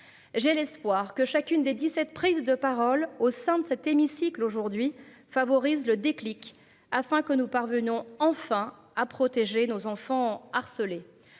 J'ai l'espoir que chacune des 17, prise de parole au sein de cet hémicycle aujourd'hui favorise le déclic afin que nous parvenons enfin à protéger nos enfants harcelés.